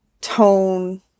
tone